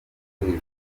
hejuru